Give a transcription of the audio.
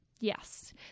Yes